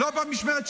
לא במשמרת שלי.